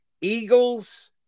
Eagles